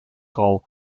rau